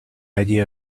idea